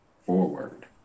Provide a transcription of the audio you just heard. Forward